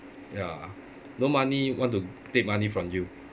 ya no money want to take money from you